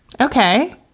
okay